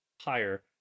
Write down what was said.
higher